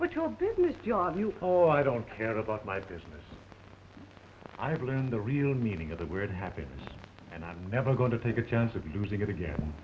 but your business oh i don't care about my business i've learned the real meaning of the word happiness and i'm never going to take a chance of using it again